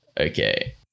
Okay